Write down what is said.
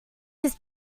his